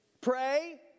Pray